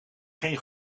geen